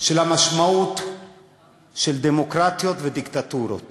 על המשמעות של דמוקרטיות ודיקטטורות